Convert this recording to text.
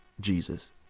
Jesus